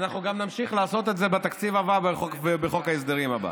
ואנחנו נמשיך לעשות את זה גם בתקציב הבא ובחוק ההסדרים הבא.